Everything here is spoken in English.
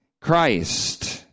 Christ